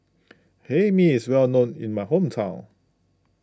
Hae Mee is well known in my hometown